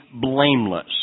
blameless